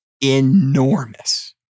enormous